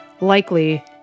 likely